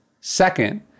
second